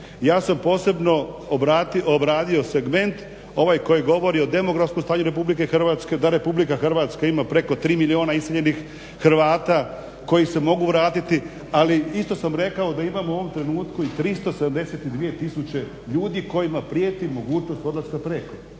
Ja sam posebno obradio segment ovaj koji govori o demografskom stanju RH da RH ima preko 3 milijuna iseljenih Hrvata koji se mogu vratiti ali sam isto rekao da imamo u ovom trenutku 372 tisuće ljudi kojima prijeti mogućnost odlaska prijeko.